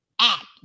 act